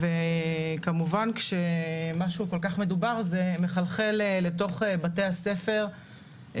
וכמובן כשמשהו כל כך מדובר זה מחלחל לתוך בתי הספר,